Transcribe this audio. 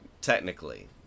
technically